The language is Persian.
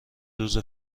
روز